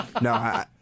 No